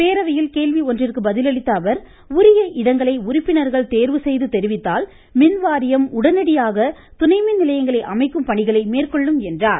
பேரவையில் கேள்வி ஒன்றிற்கு பதில் அளித்த அவர் உரிய இடங்களை உறுப்பினர்கள் தேர்வு செய்கு தெரிவித்தால் மின்வாரியம் உடனடியாக துணைமின்நிலையங்களை அமைக்கும் பணிகளை மேற்கொள்ளும் என்றார்